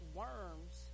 worms